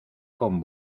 con